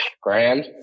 Grand